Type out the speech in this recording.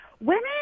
Women